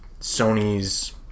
Sony's